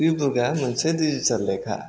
E बुखा मोनसे digital लेखा